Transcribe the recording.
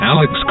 Alex